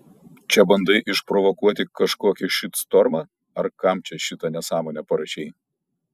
čia bandai išprovokuoti kažkokį šitstormą ar kam čia šitą nesąmonę parašei